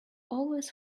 always